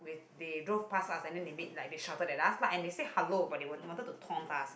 they draw passed us and then they make like they shouted at us and they say hello but they want wanted the tone lah